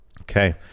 Okay